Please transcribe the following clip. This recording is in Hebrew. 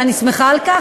ואני שמחה על כך,